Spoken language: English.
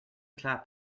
clap